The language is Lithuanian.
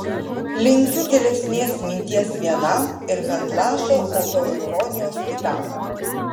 linkiu gilesnės minties vienam ir bent lašo autoironijos kitam